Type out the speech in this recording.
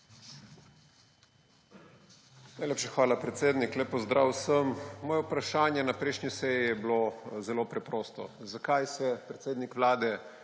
Najlepša hvala, predsednik. Lep pozdrav vsem! Moje vprašanje na prejšnji seji je bilo zelo preprosto. Zakaj se predsednik vlade,